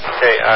Okay